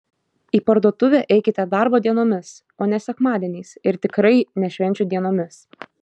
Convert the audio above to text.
į parduotuvę eikite darbo dienomis o ne sekmadieniais ir tikrai ne švenčių dienomis